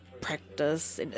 Practice